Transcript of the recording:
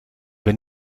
ben